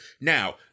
Now